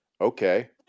okay